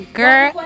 girl